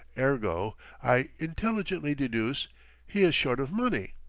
ergo i intelligently deduce he is short of money.